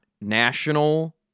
national